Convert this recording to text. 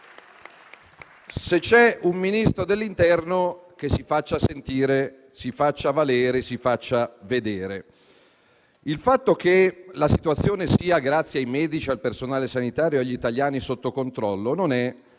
Se c'è un Ministro dell'interno, che si faccia sentire, si faccia valere, si faccia vedere. Il fatto che la situazione - grazie ai medici, al personale sanitario e agli italiani - sia sotto controllo non è